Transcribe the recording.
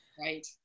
Right